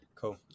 Cool